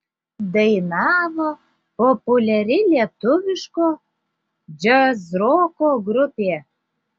dainavo populiari lietuviško džiazroko grupė